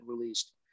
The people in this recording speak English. released